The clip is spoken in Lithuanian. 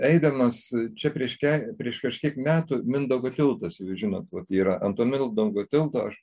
eidamas čia prieš ke prieš kažkiek metų mindaugo tiltas jeigu žinot vat yra nat to mindaugo tilto